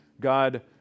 God